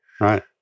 right